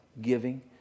giving